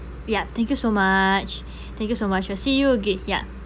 ya thank you so much thank you so much we'll see you again ya